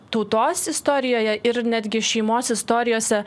tautos istorijoje ir netgi šeimos istorijose